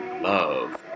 love